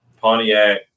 Pontiac